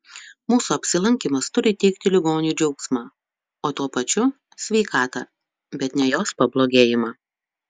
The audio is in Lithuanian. mūsų apsilankymas turi teikti ligoniui džiaugsmą o tuo pačiu sveikatą bet ne jos pablogėjimą